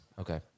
okay